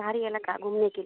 पहाड़ी इलाका घुमनेके लिए